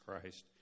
Christ